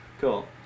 Cool